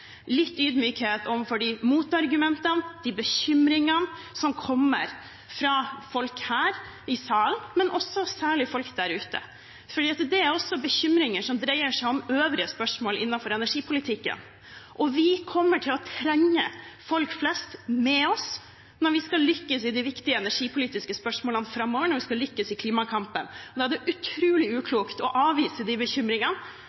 litt ydmykhet overfor de motargumentene og bekymringene som kommer fra folk her i salen, men også særlig fra folk der ute, for det er også bekymringer som dreier seg om øvrige spørsmål innenfor energipolitikken. Og vi kommer til å trenge folk flest med oss når vi skal lykkes i de viktige energipolitiske spørsmålene framover, når vi skal lykkes i klimakampen. Da er det utrolig